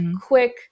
quick